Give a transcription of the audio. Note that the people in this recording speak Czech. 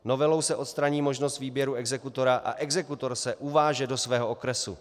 Novelou se odstraní možnost výběru exekutora a exekutor se uváže do svého okresu.